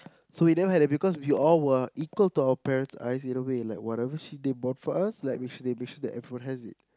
so we didn't have that because we all were equal to our parent's eyes in a way like whatever she they bought for us like we should they make sure that everyone has it